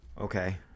Okay